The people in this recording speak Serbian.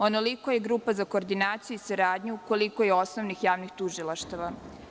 Onoliko je grupa za koordinaciju i saradnju koliko je osnovnih javnih tužilaštava.